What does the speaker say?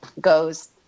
goes